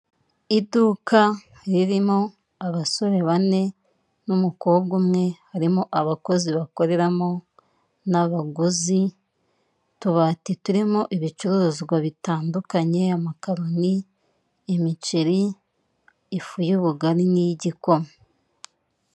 Iduka ririmo abasore bane n'umukobwa umwe, harimo abakozi bakoreramo n'abaguzi, utubati turimo ibicuruzwa bitandukanye, amakaroni, imiceri, ifu y'ubugari n'iy'igikoma.